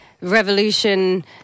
Revolution